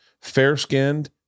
fair-skinned